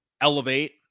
elevate